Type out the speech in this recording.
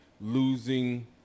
Losing